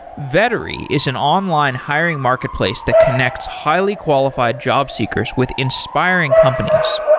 vettery is an online hiring marketplace that connects highly qualified job seekers with inspiring companies.